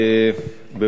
תודה,